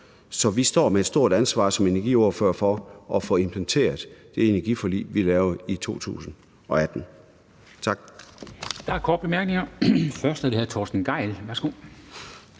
med et stort ansvar for at få implementeret det energiforlig, vi lavede i 2018. Tak.